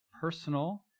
personal